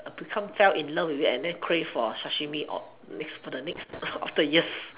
become fell in love with it and then crave for sashimi for the next of the years